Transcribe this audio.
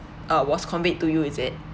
uh was conveyed to you is it